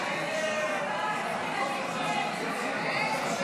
ההצעה להעביר את הצעת חוק תיקון פקודת מס הכנסה (הוראת שעה,